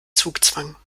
zugzwang